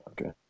Okay